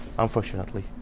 Unfortunately